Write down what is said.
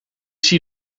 zie